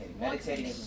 meditating